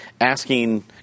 asking